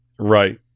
Right